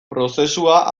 prozesua